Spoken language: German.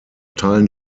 teilen